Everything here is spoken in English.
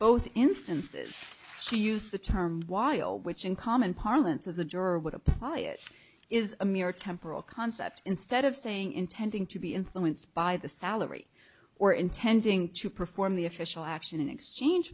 both instances she used the term y o which in common parlance as a juror would apply it is a mere temporal concept instead of saying intending to be influenced by the salary or intending to perform the official action in exchange